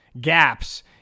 gaps